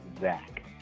Zach